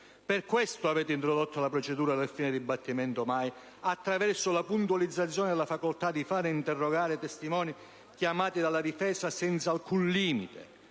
Per questo avete introdotto la procedura del "fine dibattimento mai", attraverso la puntualizzazione della facoltà di far interrogare testimoni chiamati dalla difesa senza alcun limite.